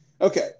okay